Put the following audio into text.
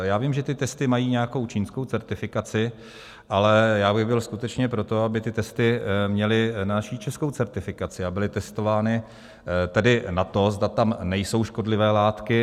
Já vím, že ty testy mají nějakou čínskou certifikaci, ale já bych byl skutečně pro to, aby ty testy měly naši českou certifikaci a byly testovány tedy na to, zda tam nejsou škodlivé látky.